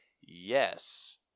Yes